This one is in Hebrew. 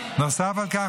נוסף על כך,